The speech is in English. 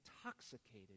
intoxicated